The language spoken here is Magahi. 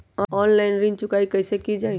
ऑनलाइन ऋण चुकाई कईसे की ञाई?